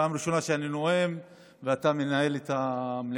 זו הפעם הראשונה שאני נואם ואתה מנהל את המליאה.